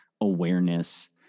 awareness